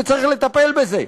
וצריך לטפל בזה.